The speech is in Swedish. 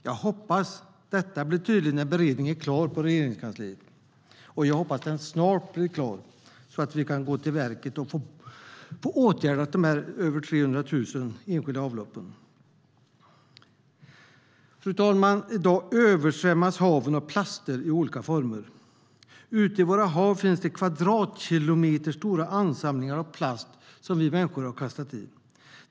Jag hoppas att detta blir tydligt när beredningen är klar i Regeringskansliet, och jag hoppas att den snart blir klar så att vi kan skrida till verket och åtgärda de över 300 000 enskilda avloppen. Fru talman! I dag översvämmas haven av plaster i olika former. Ute i våra hav finns det kvadratkilometerstora ansamlingar av plast som vi människor har kastat i.